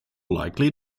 likely